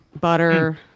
butter